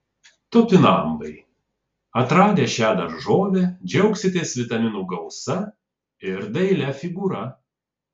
topinambai atradę šią daržovę džiaugsitės vitaminų gausa ir dailia figūra